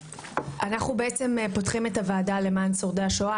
אנחנו פותחים את הוועדה למען שורדי השואה.